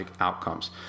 outcomes